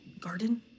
garden